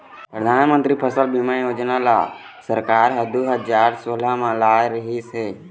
परधानमंतरी फसल बीमा योजना ल सरकार ह दू हजार सोला म लाए रिहिस हे